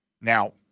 Now